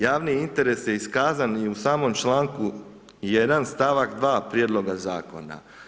Javni interes je iskazan i u samom članku 1. stavak 2. prijedloga zakona.